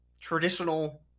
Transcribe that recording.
traditional